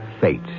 fate